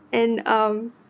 and um